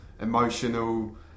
emotional